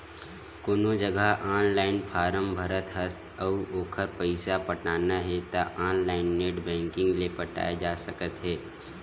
कोनो जघा online form भरत हस अउ ओखर पइसा पटाना हे त ऑनलाइन नेट बैंकिंग ले पटाए जा सकत हे